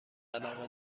علاقه